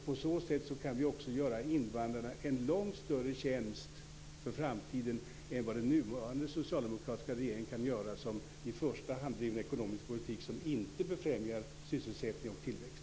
På så sätt kan vi också göra invandrarna en långt större tjänst för framtiden än vad den nuvarande socialdemokratiska regeringen kan göra, som i första hand driver en ekonomisk politik som inte befrämjar sysselsättning och tillväxt.